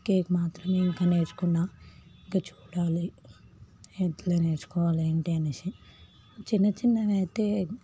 cake మాత్రం ఇంక నేర్చుకున్నా ఇక చూడాలి ఎట్లా నేర్చుకోవాలి ఏంటి అనేసి చిన్న చిన్నదైతే